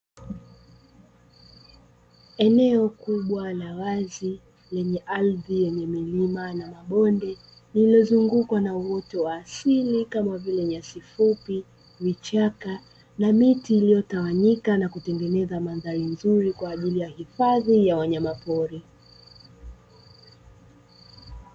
Eneo kubwa la wazi lenye ardhi yenye milima na mabonde lililozungukwa na uoto wa asili kama vile nyasi fupi, vichaka na miti ilyotawanyika na kutengeneza mandhari nzuri kwa ajili ya hifadhi ya wanyama pori.